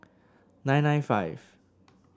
nine nine five